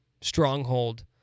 stronghold